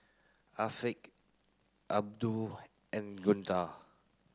Afiqah Abdul and Guntur